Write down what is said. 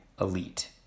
elite